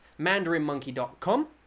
mandarinmonkey.com